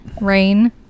Rain